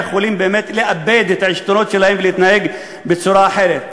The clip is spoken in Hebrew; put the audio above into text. יכולים באמת לאבד את העשתונות שלהם ולהתנהג בצורה אחרת,